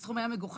שהסכום היה מגוחך.